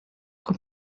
com